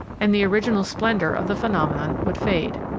and the original splendor of the phenomenon would fade.